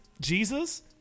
Jesus